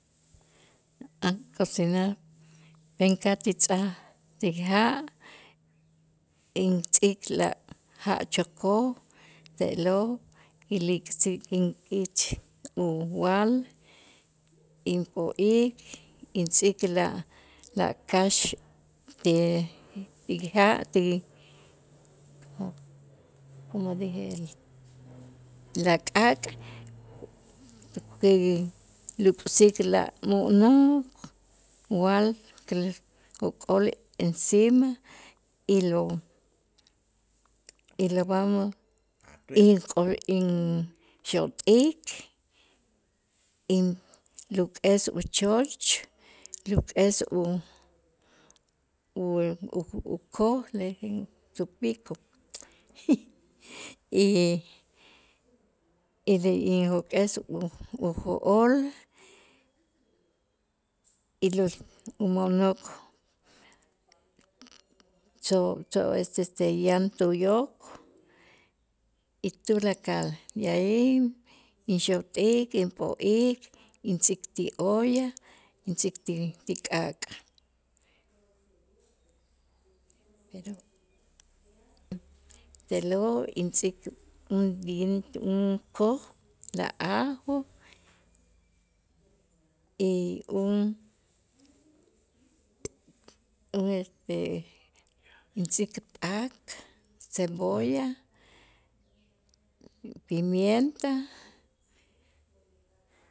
A' cocinar inka'aj ti tz'aj ti ja' intz'ik la ja' chokoj te'lo' y lik'sik inkich uwaal inp'o'ik intz'ik la- la kax ti- ti ja' ti como dije la k'aak' luk'sik la mo'nok waal okol encima y lo y lo vamos inkol inxot'ik, inluk'es uchooch luk'es u- u- ukoj tu pico y de injok'es ujo'ol y los umo'nok cho- cho es este yan tuyok y tulakal y de alli inxot'ik, inp'o'ik, intz'ik ti olla, intz'ik ti- ti k'aak', pero te'lo' intz'ik un koj la ajo, y un un este intz'ik p'ak, cebolla, pimienta.